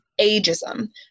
ageism